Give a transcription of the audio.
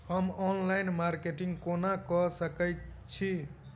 हम online marketing केना कऽ सकैत छी?